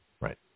Right